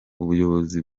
ubuyobozi